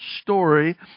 story